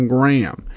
Graham